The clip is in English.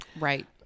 Right